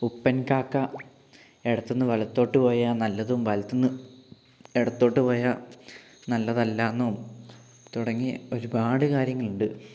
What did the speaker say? ഉപ്പൻകാക്ക ഇടത്തു നിന്ന് വലത്തോട്ടു പോയാൽ നല്ലതും വലത്തു നിന്ന് എടത്തോട്ടു പോയാൽ നല്ലതല്ലയെന്നും തുടങ്ങി ഒരുപാട് കാര്യങ്ങളുണ്ട്